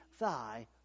thy